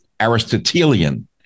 Aristotelian